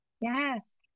Yes